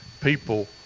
people